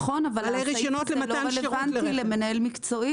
נכון, אבל הסעיף הזה לא רלוונטי למנהל מקצועי.